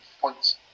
points